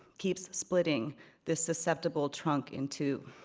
keeps splitting this susceptible trunk in two.